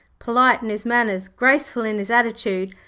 polite in his manners, graceful in his attitudes,